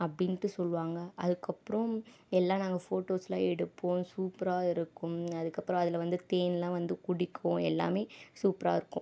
அப்படின்ட்டு சொல்லுவாங்கள் அதுக்கப்றம் எல்லாம் நாங்கள் ஃபோட்டோஸ்லாம் எடுப்போம் சூப்பராக இருக்கும் அதுக்கப்புறம் அதில் வந்து தேன்லாம் வந்து குடிக்கும் எல்லாமே சூப்பராக இருக்கும்